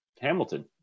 Hamilton